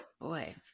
boy